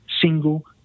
single